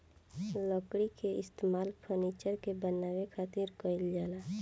लकड़ी के इस्तेमाल फर्नीचर के बानवे खातिर कईल जाला